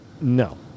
No